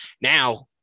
now